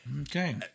okay